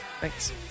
Thanks